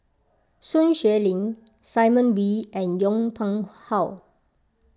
Sun Xueling Simon Wee and Yong Pung How